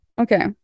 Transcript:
Okay